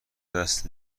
دست